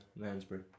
Lansbury